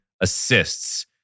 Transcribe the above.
assists